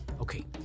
okay